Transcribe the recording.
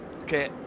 Okay